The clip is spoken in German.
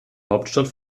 hauptstadt